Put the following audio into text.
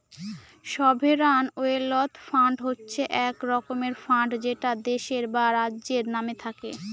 sovereign wealth fund হচ্ছে এক রকমের ফান্ড যেটা দেশের বা রাজ্যের নামে থাকে